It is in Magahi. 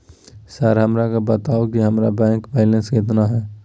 सर हमरा के बताओ कि हमारे बैंक बैलेंस कितना है?